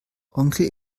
onkel